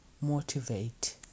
motivate